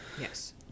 Yes